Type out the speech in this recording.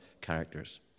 characters